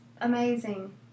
amazing